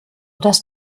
dass